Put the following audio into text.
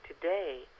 today